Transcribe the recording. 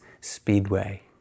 Speedway